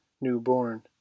new-born